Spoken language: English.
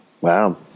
wow